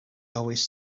always